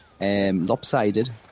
Lopsided